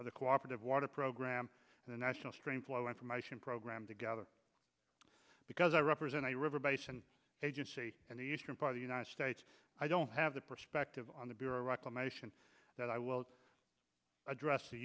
of the cooperative water program the national stream flow information program together because i represent a river basin agency and the eastern part of the united states i don't have the perspective on the bureau reclamation that i will address the